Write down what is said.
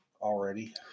Already